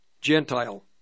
Gentile